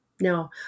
No